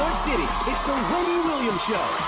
city it's the wendy william show